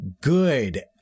good